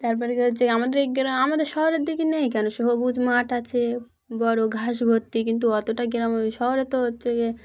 তারপরে কি হচ্ছে আমাদের এই গ্রাম আমাদের শহরের দিকে নেই কেন সবুজ মাঠ আছে বড়ো ঘাস ভর্তি কিন্তু অতটা গ্রাম ও শহরে তো হচ্ছে যে